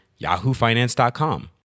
yahoofinance.com